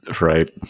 Right